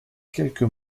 quelques